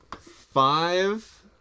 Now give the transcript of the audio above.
Five